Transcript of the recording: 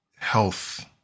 health